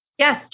Yes